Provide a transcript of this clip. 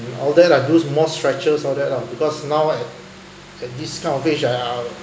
and all that I do more stretches all that lah because now at at this kind of age I I'll